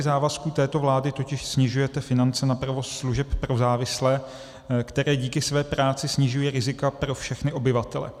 Navzdory závazku této vlády totiž snižujete finance na provoz služeb pro závislé, které díky své práci snižují rizika pro všechny obyvatele.